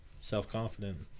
self-confident